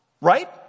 Right